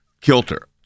kilter